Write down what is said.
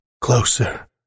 Closer